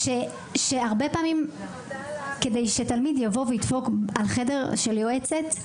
שהרבה פעמים כדי שתלמיד יבוא וידפוק על חדר של יועצת,